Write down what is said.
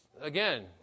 again